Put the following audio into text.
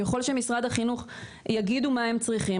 ככל שמשרד החינוך יגידו מה הם צריכים,